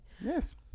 Yes